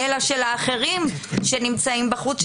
אלא של האחרים שנמצאים בחוץ,